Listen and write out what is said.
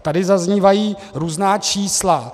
Tady zaznívají různá čísla.